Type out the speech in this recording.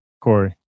Corey